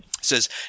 says